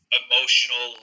emotional